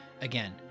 Again